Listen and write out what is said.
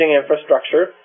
infrastructure